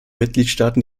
mitgliedstaaten